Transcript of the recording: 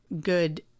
good